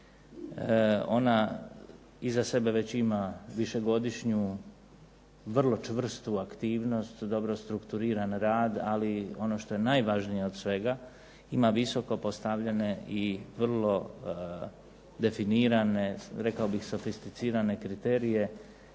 Ona iza sebe već ima višegodišnju vrlo čvrstu aktivnost, dobro strukturiran rad, ali ono što je najvažnije od svega, ima visoko postavljene i vrlo definirane, rekao bih sofisticirane kriterije,